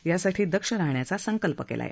यासाठी दक्ष राहण्याचा संकल्प केला आहे